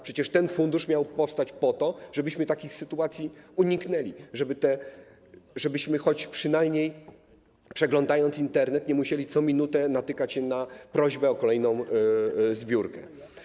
Przecież ten fundusz miał powstać po to, żebyśmy takich sytuacji uniknęli, żebyśmy choć przynajmniej przeglądając Internet, nie musieli co minutę natykać się na prośbę o kolejną zbiórkę.